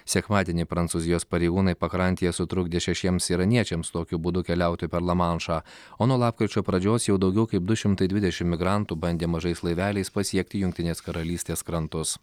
sekmadienį prancūzijos pareigūnai pakrantėje sutrukdė šešiems iraniečiams tokiu būdu keliauti per lamanšą o nuo lapkričio pradžios jau daugiau kaip du šimtai dvidešim migrantų bandė mažais laiveliais pasiekti jungtinės karalystės krantus